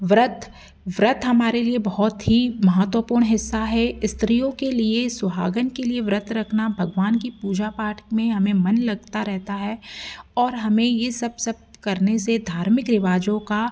व्रत व्रत हमारे लिए बहुत ही महत्वपूर्ण हिस्सा है स्त्रियों के लिए सुहागन के लिए व्रत रखना भगवान की पूजा पाठ में हमें मन लगता रहता है और हमें ये सब सब करने से धार्मिक रिवाजों का